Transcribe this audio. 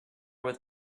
with